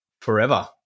forever